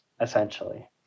essentially